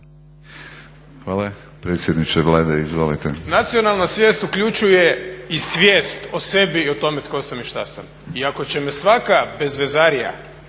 Hvala. Predsjedniče Vlade, izvolite. **Milanović, Zoran (SDP)** Nacionalna svijest uključuje i svijest o sebi i o tome tko sam i što sam. I ako će me svaka bezvezarija